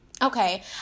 Okay